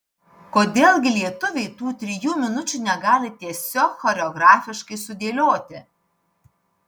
kodėl gi lietuviai tų trijų minučių negali tiesiog choreografiškai sudėlioti